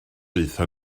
aethon